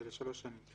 זה לשלוש שנים.